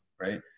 right